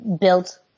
built